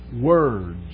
words